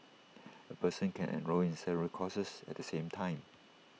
A person can enrol in several courses at the same time